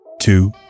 two